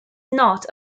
not